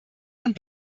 und